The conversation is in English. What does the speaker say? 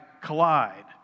collide